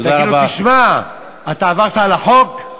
אתה תגיד לו: תשמע, אתה עברת על החוק?